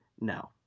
no